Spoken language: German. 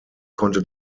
konnte